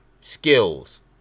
skills